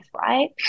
Right